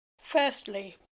Firstly